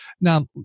Now